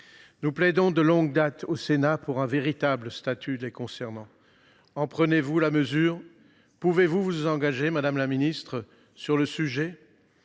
Sénat plaide de longue date pour un véritable statut les concernant. En prenez vous la mesure ? Pouvez vous vous engager, madame la ministre, sur le sujet ?